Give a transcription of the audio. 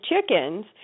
chickens